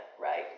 right